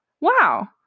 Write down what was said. Wow